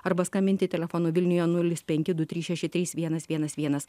arba skambinti telefonu vilniuje nulis penki du trys šeši trys vienas vienas vienas